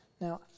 Now